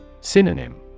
Synonym